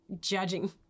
judging